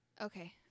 Okay